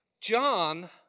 John